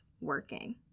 working